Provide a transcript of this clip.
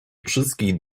wszystkich